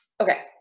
Okay